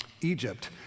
Egypt